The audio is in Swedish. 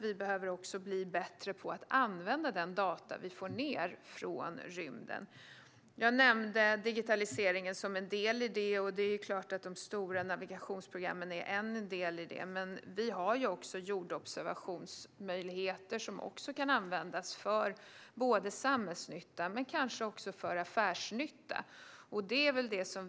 Vi behöver också bli bättre på att använda de data vi får ned från rymden. Jag nämnde digitaliseringen som en del i det. Det är klart att de stora navigationsprogrammen är en del i det. Men vi har också jordobservationsmöjligheter som kan användas för både samhällsnytta och kanske också för affärsnytta.